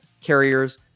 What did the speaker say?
carriers